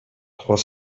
trois